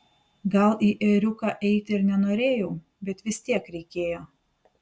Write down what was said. gal į ėriuką eiti ir nenorėjau bet vis tiek reikėjo